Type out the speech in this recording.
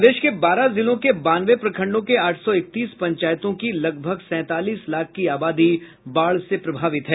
प्रदेश के बारह जिलों के बानवे प्रखंडों के आठ सौ इकतीस पंचायतों की लगभग सैंतालीस लाख की आबादी बाढ़ से प्रभावित हैं